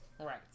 Right